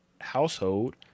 household